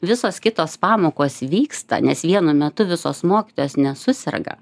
visos kitos pamokos vyksta nes vienu metu visos mokytojos nesuserga